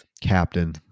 captain